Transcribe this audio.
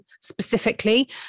specifically